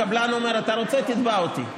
הקבלן אומר: אתה רוצה, תתבע אותי.